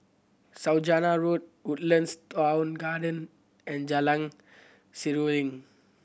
Saujana Road Woodlands Town Garden and Jalan Seruling